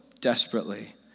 desperately